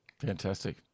Fantastic